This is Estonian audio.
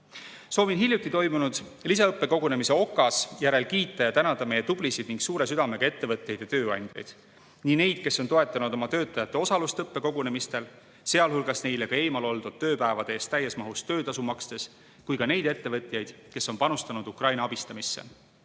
Soovin hiljuti toimunud lisaõppekogunemise Okas järel kiita ja tänada meie tublisid suure südamega ettevõtjaid ja tööandjaid – nii neid, kes on toetanud oma töötajate osalust õppekogunemistel, sealhulgas neile ka eemal oldud tööpäevade eest täies mahus töötasu makstes, kui ka neid ettevõtjaid, kes on panustanud Ukraina abistamisse.